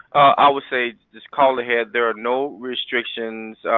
i would say just call ahead. there are no restrictions